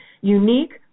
unique